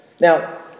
Now